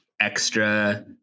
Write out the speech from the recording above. extra